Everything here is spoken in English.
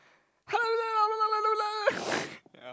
hello laloolaloolaloola